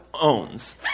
owns